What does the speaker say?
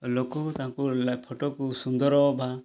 ଲୋକ ତାଙ୍କୁ ଫଟୋକୁ ସୁନ୍ଦର ବା